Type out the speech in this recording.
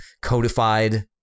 codified